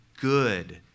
good